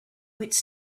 its